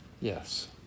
Yes